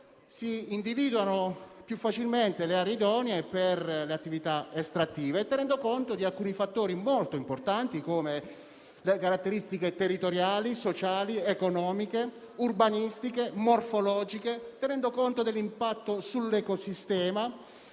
si individuano più facilmente le aree idonee per le attività estrattive, tenendo conto di alcuni fattori molto importanti, come le caratteristiche territoriali, sociali, economiche, urbanistiche e morfologiche, nonché dell'impatto sull'ecosistema;